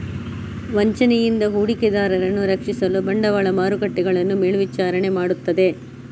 ವಂಚನೆಯಿಂದ ಹೂಡಿಕೆದಾರರನ್ನು ರಕ್ಷಿಸಲು ಬಂಡವಾಳ ಮಾರುಕಟ್ಟೆಗಳನ್ನು ಮೇಲ್ವಿಚಾರಣೆ ಮಾಡುತ್ತದೆ